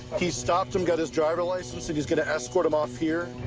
he stopped him, got his driver's license, and he's going to escort him off here.